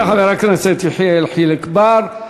תודה לחבר הכנסת יחיאל חיליק בר.